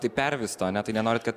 taip pervysto ane tai nenorit kad